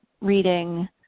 reading